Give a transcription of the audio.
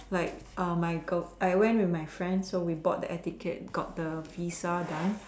like um my girl I went with my friend so we bought the air ticket got the visa done